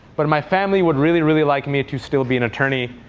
but my family would really, really like me to still be an attorney.